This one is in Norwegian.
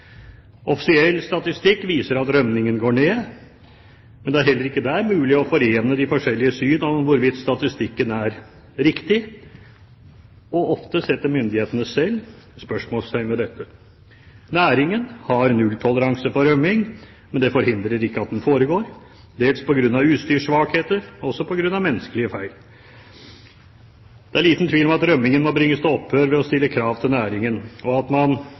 Offisiell statistikk viser at rømmingen går ned, men det er heller ikke der mulig å forene de forskjellige syn på hvorvidt statistikken er riktig, og ofte setter myndighetene selv spørsmålstegn ved dette. Næringen har nulltoleranse for rømming, men det forhindrer ikke at den foregår, dels på grunn av utstyrssvakheter og også på grunn av menneskelige feil. Det er liten tvil om at rømmingen må bringes til opphør ved å stille krav til næringen, og at man